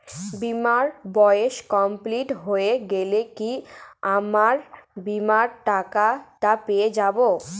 বীমার বয়স কমপ্লিট হয়ে গেলে কি আমার বীমার টাকা টা পেয়ে যাবো?